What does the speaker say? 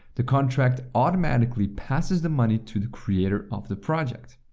the contract automatically passes the money to the creator of the project.